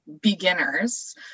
beginners